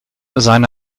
seine